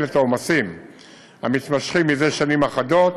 את העומסים המתמשכים זה שנים אחדות.